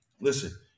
Listen